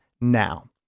now